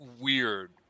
weird